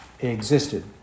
existed